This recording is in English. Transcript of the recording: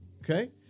Okay